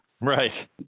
Right